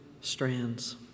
strands